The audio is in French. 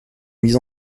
mise